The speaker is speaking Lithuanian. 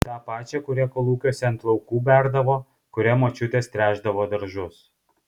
tą pačią kurią kolūkiuose ant laukų berdavo kuria močiutės tręšdavo daržus